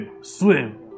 swim